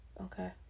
Okay